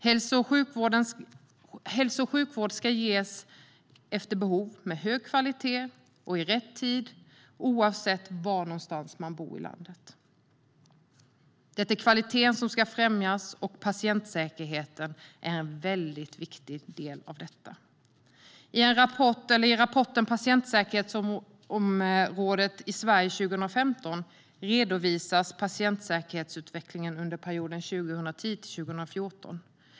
Hälso och sjukvård ska ges efter behov, med hög kvalitet och i rätt tid, oavsett var någonstans i landet man bor. Det är kvaliteten som ska främjas, och patientsäkerheten är en viktig del av detta. I rapporten om patientsäkerhetsområdet i Sverige 2015 redovisas patientsäkerhetsutvecklingen under perioden 2010-2014.